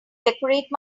decorate